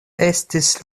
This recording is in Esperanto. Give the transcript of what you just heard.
estis